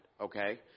okay